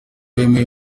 bemeye